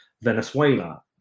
Venezuela